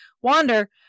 wander